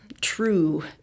true